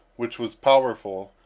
which was powerful,